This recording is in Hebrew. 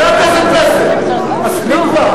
חבר הכנסת פלסנר, מספיק כבר.